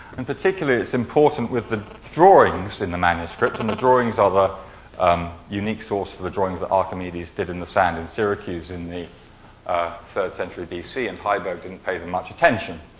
in particular, it's important with the drawings in the manuscript. and the drawings are ah the um unique source for the drawings that archimedes did in the sand in syracuse in the ah third century b c. and heiberg didn't pay much attention.